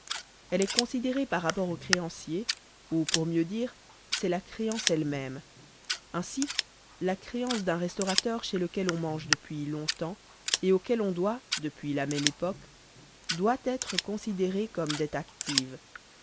elle est considérée par rapport au créancier ou pour mieux dire c'est la créance elle-même ainsi la créance d'un restaurateur chez lequel on mange depuis long-temps et auquel on doit depuis la même époque doit être considérée comme dette active